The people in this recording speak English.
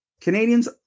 Canadians